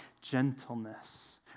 gentleness